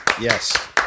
Yes